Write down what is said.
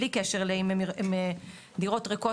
בלי קשר לאם הם דירות ריקות,